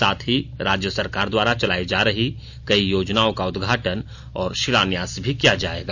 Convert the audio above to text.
साथ ही राज्य सरकार द्वारा चलायी जा रही कई योजनाओं का उदघाटन और शिलान्यास भी किया जाएगा